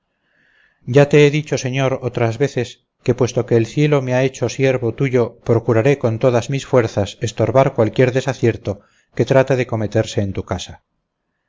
ya te he dicho señor otras veces que puesto que el cielo me ha hecho siervo tuyo procuraré con todas mis fuerzas estorbar cualquier desacierto que trate de cometerse en tu casa